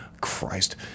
Christ